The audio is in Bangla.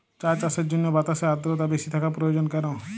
চা চাষের জন্য বাতাসে আর্দ্রতা বেশি থাকা প্রয়োজন কেন?